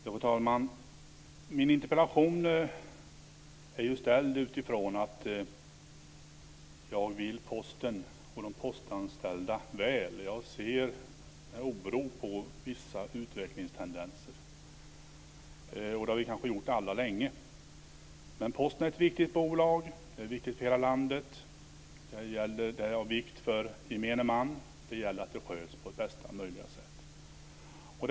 Fru talman! Min interpellation är ställd utifrån att jag vill Posten och de postanställda väl. Jag ser med oro på vissa utvecklingstendenser. Det har vi kanske alla gjort länge. Men Posten är ett viktigt bolag. Det är viktigt för hela landet. Det är av vikt för gemene man. Det gäller att det sköts på bästa möjliga sätt.